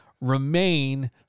remain